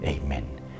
Amen